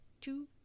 two